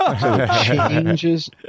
changes